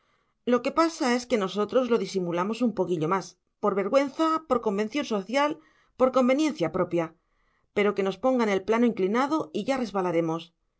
lo que pasa es que nosotros lo disimulamos un poquillo más por vergüenza por convención social por conveniencia propia pero que nos pongan el plano inclinado y ya